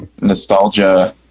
nostalgia